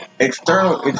External